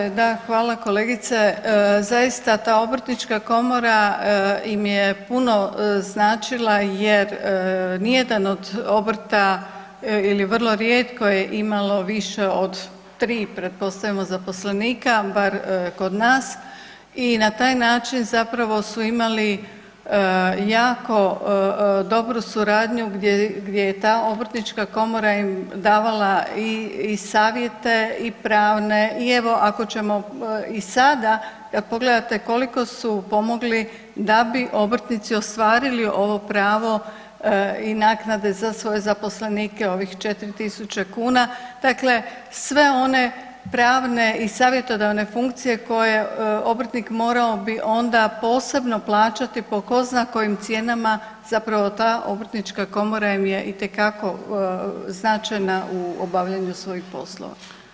Tako je, da, hvala kolegice, zaista ta obrtnička komora im je puno značila jer nijedan od obrta ili vrlo rijetko imalo više od 3 pretpostavimo, zaposlenika bar kod nas i na taj način zapravo su imali jako dobru suradnju gdje je ta obrtnička komora im davala i savjete i pravne i evo, ako ćemo i sada, pogledajte koliko su pomogli da bi obrtnici ostvarili ovo pravo i naknade za svoje zaposlenike ovih 4000 kn, dakle sve one prav ne i savjetodavne funkcije koje obrtnik morao bi onda posebno plaćati po ko zna kojim cijenama, zapravo ta obrtnička komora im je itekako značajna u obavljaju svojih poslova.